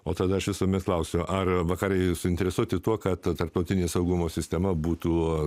o tada aš visuomet klausiu ar vakarai suinteresuoti tuo kad tarptautinė saugumo sistema būtų